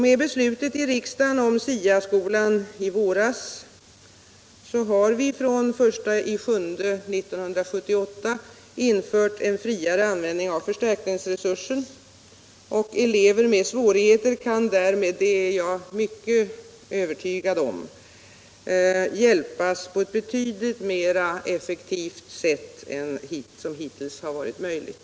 Med beslutet i riksdagen om SIA-skolan i våras har vi från den 1 juli 1978 infört friare användning av förstärkningsresursen. Elever med svårigheter kan därmed — det är jag övertygad om — hjälpas på ett betydligt mera effektivt sätt än som hittills varit möjligt.